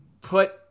put